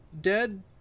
dead